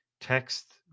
text